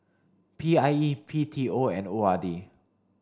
P I E B T O and O R D